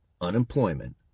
unemployment